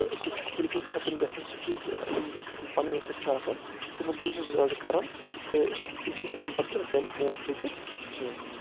تہٕ سُہ چھُ بالکل ختم گژھان سُہ چھُ یِم پنہٕ ؤتھر چھِ آسان تِمن چھُ سُہ زیادٕ کران تہٕ تِم چھِنہٕ ہؠکان پتہٕ تمہِ برونٛٹھ پٔکِتھ کینٛہہ